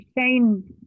shane